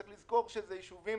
צריך לזכור שאלה יישובים